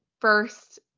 first